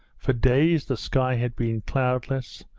for days the sky had been cloudless,